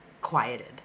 quieted